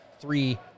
three